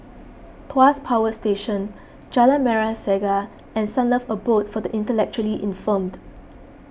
Tuas Power Station Jalan Merah Saga and Sunlove Abode for the Intellectually Infirmed